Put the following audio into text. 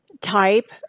type